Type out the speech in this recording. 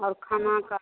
और खाने का